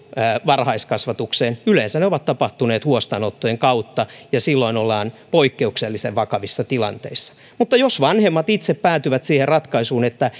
varhaiskasvatukseen yleensä ne ovat tapahtuneet huostaanottojen kautta ja silloin ollaan poikkeuksellisen vakavissa tilanteissa mutta jos vanhemmat itse päätyvät siihen ratkaisuun että